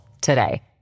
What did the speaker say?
today